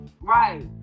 Right